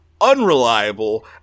unreliable